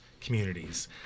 communities